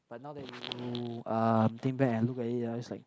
but now that you uh think back and look at it ah it's like